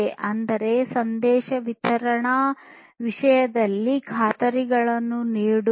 ಅಂದರೆ ಸಂದೇಶ ವಿತರಣೆಯ ವಿಷಯದಲ್ಲಿ ಖಾತರಿಗಳನ್ನು ನೀಡುವುದು